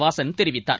வாசன் தெரிவித்தார்